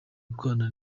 gukorana